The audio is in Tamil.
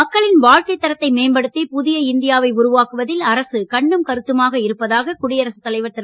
மக்களின் வாழ்க்கை தரத்தை மேம்படுத்தி புதிய இந்தியாவை உருவாக்குவதில் அரசு கண்ணும் கருத்துமாக இருப்பதாக குடியரசுத் தலைவர் திரு